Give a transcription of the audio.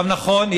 נכון,